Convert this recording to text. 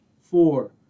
four